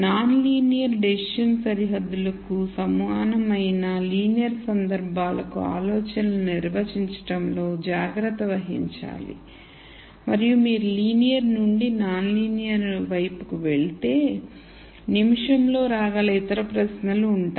non linear decision హద్దులకు సమానమైన linear సందర్భాలకు ఆలోచనలను నిర్వచించడంలో జాగ్రత్త వహించాలి మరియు మీరు లీనియర్ నుండి నాన్ లీనియర్ వైపుకు వెళ్ళే నిమిషం లో రాగల ఇతర ప్రశ్నల ఉంటాయి